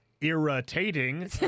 Irritating